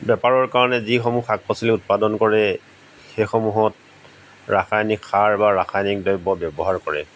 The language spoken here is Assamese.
বেপাৰৰ কাৰণে যিসমূহ শাক পাচলি উৎপাদন কৰে সেইসমূহত ৰাসায়নিক সাৰ বা ৰাসায়নিক দ্ৰব্য ব্যৱহাৰ কৰে